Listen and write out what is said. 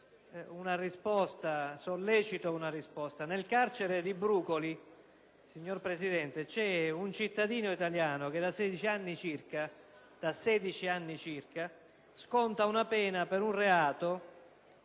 la quale sollecito una risposta. Nel carcere di Brucoli, signora Presidente, c'è un cittadino italiano che da 16 anni circa sconta una pena per un reato...